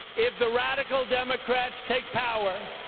if the radical democrats take power,